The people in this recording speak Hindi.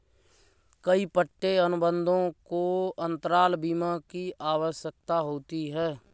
कई पट्टे अनुबंधों को अंतराल बीमा की आवश्यकता होती है